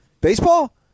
Baseball